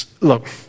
Look